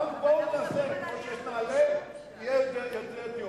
אמרנו שכמו שיש נעל"ה נעשה ליוצאי אתיופיה.